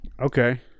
Okay